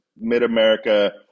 Mid-America